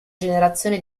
generazione